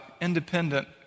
independent